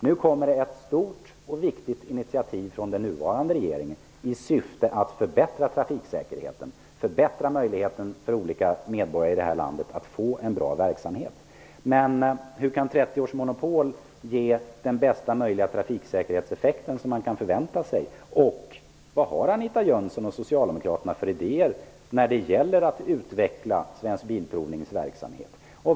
Nu kommer ett stort och viktigt initiativ från den nuvarande regeringen i syfte att förbättra trafiksäkerheten och möjligheten för olika medborgare i detta land att få en bra verksamhet. Hur kan 30 års monopol ge den bästa möjliga trafiksäkerhetseffekten? Vilka idéer har Anita Jönsson och Socialdemokraterna när det gäller att utveckla Svensk Bilprovnings verksamhet?